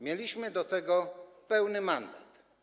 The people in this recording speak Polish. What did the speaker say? Mieliśmy do tego pełny mandat.